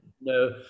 no